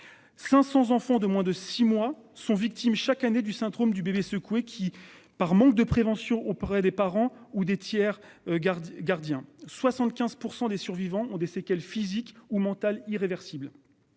500 enfants de moins de six mois sont victimes chaque année du syndrome du bébé secoué qui par manque de prévention auprès des parents ou des tiers. Gardien 75 pour % des survivants ont des séquelles physiques ou mentales irréversible.